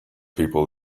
people